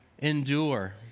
Endure